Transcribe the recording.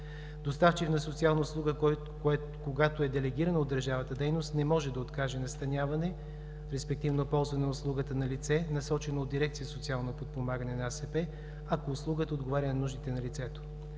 Доставчик на социална услуга, когато е делегирана от държавата дейност, не може да откаже настаняване, респективно ползване на услугата на лице, насочено от дирекция „Социално подпомагане“ на АСП, ако услугата отговаря на нуждите на лицето.